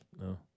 no